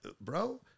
Bro